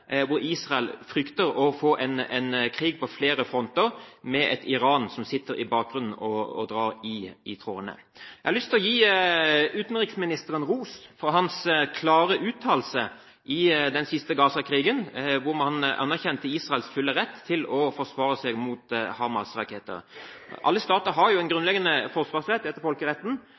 hvor Israel frykter å få en krig på flere fronter, og om et Iran som sitter i bakgrunnen og drar i trådene. Jeg har lyst til å gi utenriksministeren ros for hans klare uttalelse i forbindelse med den siste Gaza-krigen, hvor man anerkjente Israels fulle rett til å forsvare seg mot Hamas-raketter. Alle stater har jo en grunnleggende forsvarsrett etter folkeretten.